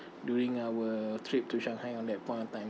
during our trip to shanghai on that point of time